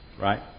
Right